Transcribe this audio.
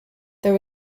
there